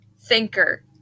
thinker